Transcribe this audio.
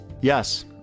Yes